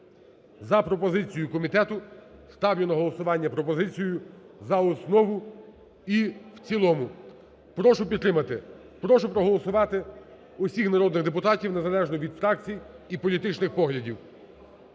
за пропозицією комітету ставлю на голосування пропозицію за основу і в цілому. Прошу підтримати. Прошу проголосувати усіх народних депутатів, незалежно від фракцій і політичних поглядів.